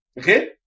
Okay